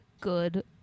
good